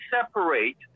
separate